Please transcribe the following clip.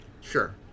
Sure